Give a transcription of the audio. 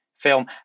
film